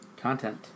Content